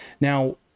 Now